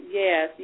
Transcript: yes